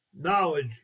knowledge